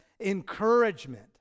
encouragement